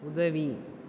உதவி